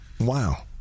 wow